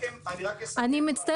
אני רק אסכם את הדברים --- אני מצטערת,